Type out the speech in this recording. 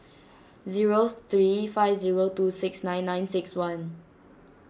zero three five zero two six nine nine six one